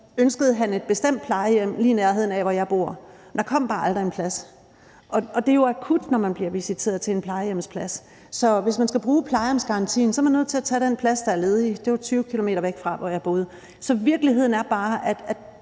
ønskede han et bestemt plejehjem lige i nærheden af, hvor jeg bor, men der kom bare aldrig en plads. Og det er jo akut, når man bliver visiteret til en plejehjemsplads, så hvis man skal bruge plejehjemsgarantien, er man nødt til at tage den plads, der er ledig, og det var 20 km væk fra, hvor jeg boede. Så virkeligheden er bare, at